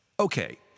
Okay